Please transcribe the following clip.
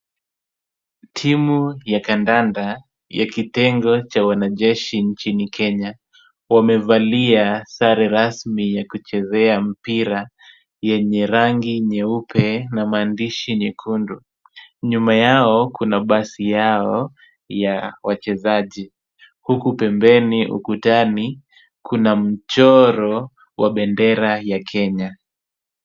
Timu ya kandanda ya kitengo cha wanajeshi nchini Kenya. Wamevalia sare rasmi ya kuchezea mpira yenye rangi nyeupe na maandishi nyekundu. Nyuma yao kuna basi yao ya wachezaji huku pembeni ukutani kuna mchoro wa bendera ya Kenya.